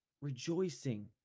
rejoicing